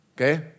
Okay